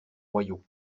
royaux